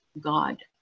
God